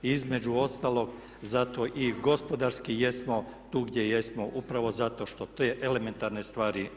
I između ostalog zato i gospodarski jesmo tu gdje jesmo upravo zato što te elementarne stvari